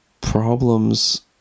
Problems